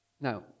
Now